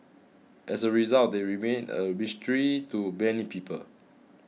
as a result they remain a mystery to many people